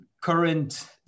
current